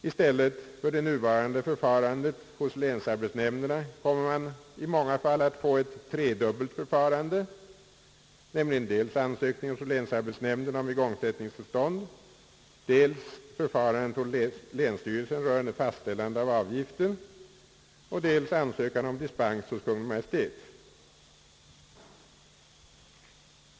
I stället för det nuvarande förfarandet hos länsarbetsnämnderna kommer man i många fall att få ett tredubbelt förfarande, nämligen dels ansökningen hos länsarbetsnämnden om igångsättningstillstånd, dels förfarandet hos länsstyrelsen rörande fastställande av avgiften och dels ansökan om dispens hos Kungl. Maj:t.